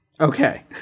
Okay